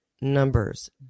numbers